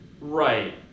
Right